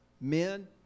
men